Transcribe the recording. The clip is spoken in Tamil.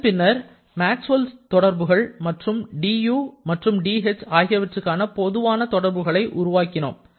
அதன் பின்னர் மேக்ஸ்வெல் தொடர்புகள் மற்றும் du and dh ஆகியவற்றுக்கான பொதுவான தொடர்புகளை உருவாக்கினோம்